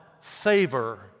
favor